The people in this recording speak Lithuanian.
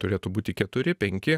turėtų būti keturi penki